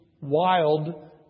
wild